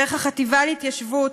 דרך החטיבה להתיישבות,